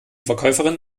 verkäuferin